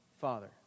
Father